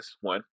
one